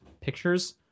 pictures